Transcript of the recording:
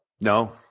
No